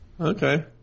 Okay